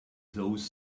those